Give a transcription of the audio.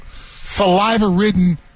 saliva-ridden